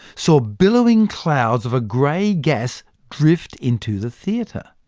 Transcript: saw billowing clouds of a gray gas drift into the theatre.